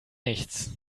nichts